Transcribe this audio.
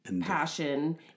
passion